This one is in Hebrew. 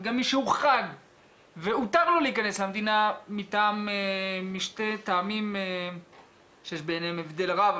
וגם מי שהוחרג והותר לו להיכנס למדינה משני טעמים שיש ביניהם הבדל רב,